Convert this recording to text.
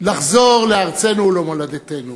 לחזור לארצנו ולמולדתנו